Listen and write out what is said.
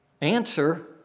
Answer